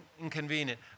inconvenient